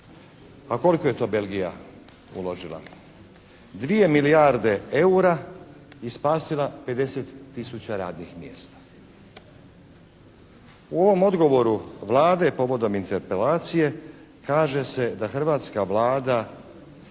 A koliko je to Belgija uložila? 2 milijarde eura i spasila 50 tisuća radnih mjesta. U ovom odgovoru Vlade povodom Interpelacije kaže se da hrvatska Vlada